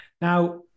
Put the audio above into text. Now